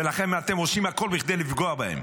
ולכן אתם עושים הכול בכדי לפגוע בהם.